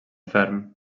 ferm